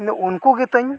ᱩᱱᱠᱩ ᱜᱮᱛᱚᱧ